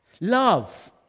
Love